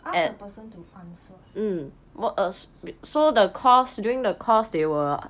ask a person to answer